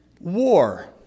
War